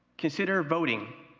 consider voting